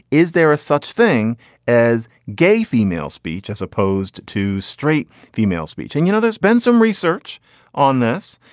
is there a such thing as gay female speech as opposed to straight female speech? and, you know, there's been some research on this.